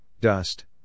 dust